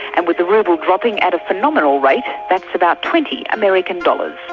and with the ruble dropping at a phenomenal rate, that's about twenty american dollars.